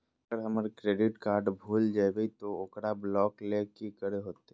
अगर हमर credit card भूल जइबे तो ओकरा ब्लॉक लें कि करे होते?